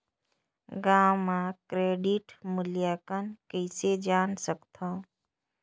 गांव म क्रेडिट मूल्यांकन कइसे जान सकथव?